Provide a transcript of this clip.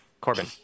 Corbin